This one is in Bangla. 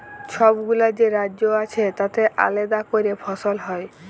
ছবগুলা যে রাজ্য আছে তাতে আলেদা ক্যরে ফসল হ্যয়